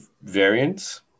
variants